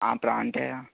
ప్రాంటే